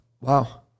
Wow